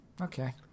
Okay